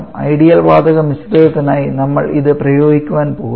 ideal വാതക മിശ്രിതത്തിനായി നമ്മൾ ഇത് പ്രയോഗിക്കാൻ പോകുന്നു